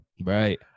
Right